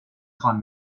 خوان